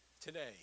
today